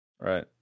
Right